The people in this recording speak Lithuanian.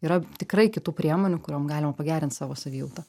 yra tikrai kitų priemonių kuriom galima pagerint savo savijautą